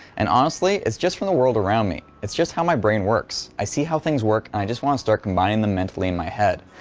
and honestly its just from the world around me it's just how my brain works i see how things work and i just want to start combining them mentally in my head.